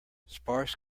sparse